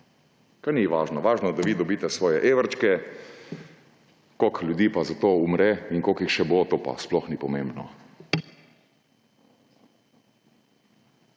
Ni važno, važno je, da vi dobite svoje evrčke, koliko ljudi pa za to umre in koliko jih še bo, to pa sploh ni pomembno.